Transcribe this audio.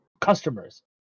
customers